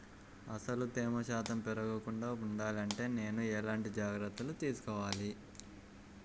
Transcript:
అసలు తేమ శాతం పెరగకుండా వుండాలి అంటే నేను ఎలాంటి జాగ్రత్తలు తీసుకోవాలి?